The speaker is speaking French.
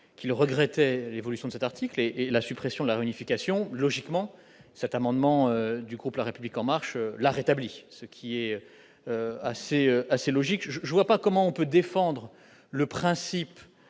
a dit regretter l'évolution de cet article et la suppression de la réunification familiale. Cet amendement du groupe La République En Marche la rétablit, ce qui est assez logique. Je ne vois pas comment on peut défendre le principe